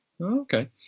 Okay